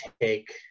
take